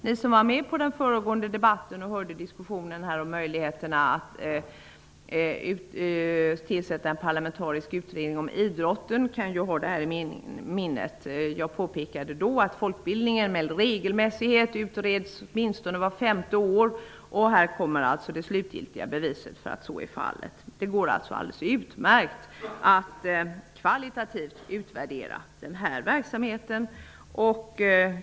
Ni som var med i föregående debatt och hörde diskussionen om möjligheterna att tillsätta en parlamentarisk utredning om idrotten kan ha detta i minnet. Jag påpekade då att folkbildningen med regelbundenhet utreds åtminstone vart femte år. Här kommer det slutgiltiga beviset för att så är fallet. Det går alltså alldeles utmärkt att kvalitativt utvärdera denna verksamhet.